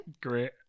Great